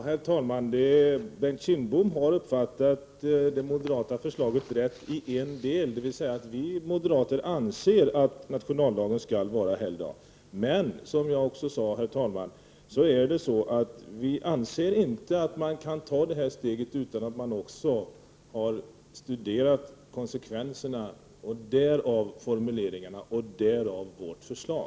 Herr talman! Bengt Kindbom har uppfattat det moderata förslaget rätt i en del, nämligen att vi anser att nationaldagen skall vara helgdag. Som jag tidigare sade anser vi dock inte att man kan ta det här steget innan man har studerat konsekvenserna — därav formuleringarna och därav vårt förslag.